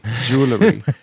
Jewelry